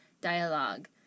dialogue